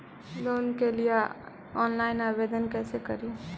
Loan के लिये online आवेदन कैसे करि?